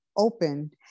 open